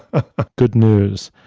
ah good news.